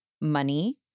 money